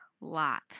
lot